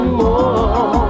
more